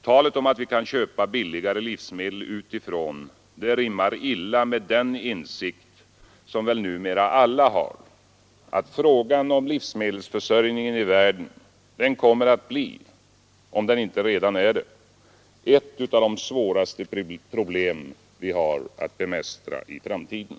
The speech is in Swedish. Talet om att vi kan köpa billigare livsmedel utifrån rimmar illa med den insikt som väl numera alla har att frågan om livsmedelsförsörjningen i världen kommer att bli — om den inte redan är det — ett av de svåraste problem vi har att bemästra i framtiden.